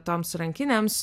toms rankinėms